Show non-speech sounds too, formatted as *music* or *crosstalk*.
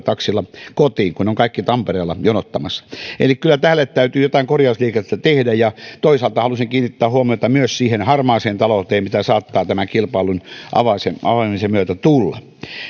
*unintelligible* taksilla kotiin kun ne ovat kaikki tampereella jonottamassa eli kyllä tälle täytyy jotain korjausliikettä tehdä ja toisaalta halusin kiinnittää huomiota myös siihen harmaaseen talouteen mitä saattaa tämän kilpailun avaamisen myötä tulla